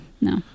No